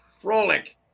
frolic